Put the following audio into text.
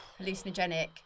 hallucinogenic